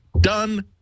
done